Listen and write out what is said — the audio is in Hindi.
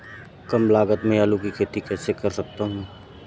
कम लागत में आलू की खेती कैसे कर सकता हूँ?